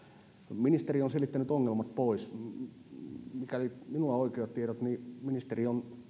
ministeri on selittänyt ongelmat pois mikäli minulla on oikeat tiedot ministeri on